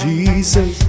Jesus